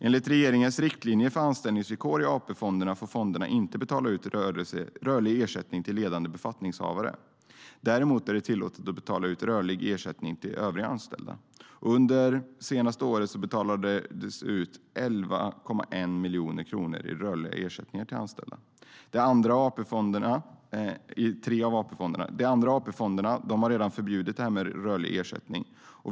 Enligt regeringens riktlinjer för anställningsvillkor i AP-fonderna får fonderna inte betala ut rörlig ersättning till ledande befattningshavare. Däremot är det tillåtet att betala ut rörlig ersättning till övriga anställda. Under det senaste året betalades det ut 11,1 miljoner kronor i rörlig ersättning till de anställda i tre av AP-fonderna. De andra AP-fonderna har redan förbjudit rörlig ersättning.